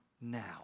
now